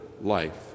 life